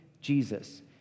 Jesus